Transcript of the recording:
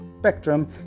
spectrum